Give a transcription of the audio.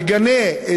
מגנה,